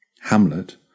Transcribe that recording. Hamlet